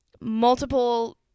multiple